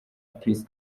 peace